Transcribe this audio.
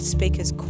Speaker's